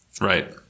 Right